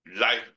Life